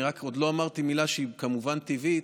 רק עוד לא אמרתי מילה, שהיא כמובן טבעית,